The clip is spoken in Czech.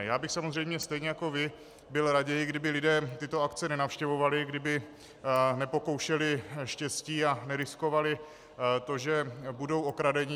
Já bych samozřejmě stejně jako vy byl raději, kdyby lidé tyto akce nenavštěvovali, kdyby nepokoušeli štěstí a neriskovali to, že budou okradeni.